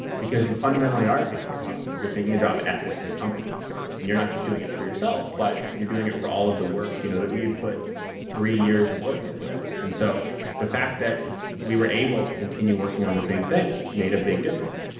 because you fundamentally are taking a job. you're taking a job at this new company and you're not just doing it for yourself, but you're doing it for all of the work you know that we had put three years of work into this. and so the fact that we were able to continue working on the same thing made a big difference.